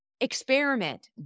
Experiment